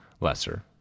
lesser